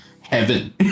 heaven